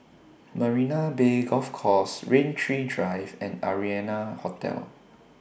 Marina Bay Golf Course Rain Tree Drive and Arianna Hotel